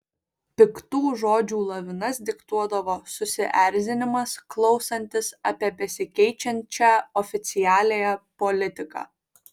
piktų žodžių lavinas diktuodavo susierzinimas klausantis apie besikeičiančią oficialiąją politiką